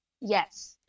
Yes